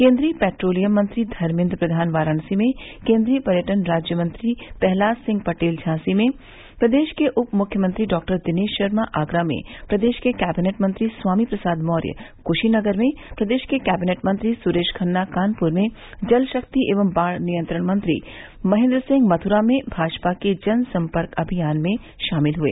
केन्द्रीय पेट्रोलियम मंत्री धर्मेन्द्र प्रधान वाराणसी में केन्द्रीय पर्यटन राज्यमंत्री प्रहलाद सिंह पटेल झांसी में प्रदेश के उप मुख्यमंत्री डॉक्टर दिनेश शर्मा आगरा में प्रदेश के कैबिनेट मंत्री स्वामी प्रसाद मौर्य क्शीनगर में प्रदेश के कैबिनेट मंत्री सुरेश खन्ना कानपुर में जल शक्ति एवं बाढ़ नियंत्रण मंत्री महेन्द्र सिंह मथुरा में भाजपा के जन सम्पर्क अभियान में शामिल हुए